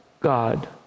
God